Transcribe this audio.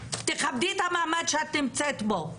תכבדי את המעמד שאת נמצאת בו